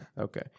Okay